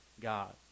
God